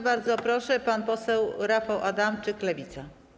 Bardzo proszę, pan poseł Rafał Adamczyk, Lewica.